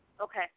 Okay